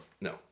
No